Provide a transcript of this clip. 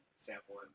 Sample